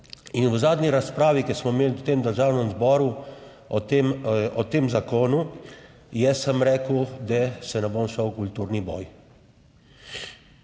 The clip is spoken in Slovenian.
In v zadnji razpravi, ki smo jo imeli v tem državnem zboru o tem, o tem zakonu, jaz sem rekel, da se ne bom šel v kulturni boj.